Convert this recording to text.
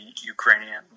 Ukrainian